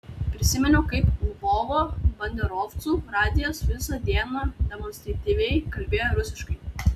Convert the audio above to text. prisiminiau kaip lvovo banderovcų radijas visą dieną demonstratyviai kalbėjo rusiškai